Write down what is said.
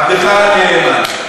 עבדך הנאמן.